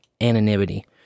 anonymity